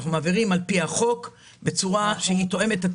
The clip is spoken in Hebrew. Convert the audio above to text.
אנחנו מעבירים על פי החוק בצורה שהיא תואמת את